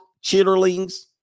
chitterlings